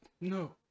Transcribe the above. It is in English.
No